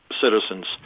citizens